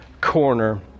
Corner